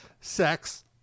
sex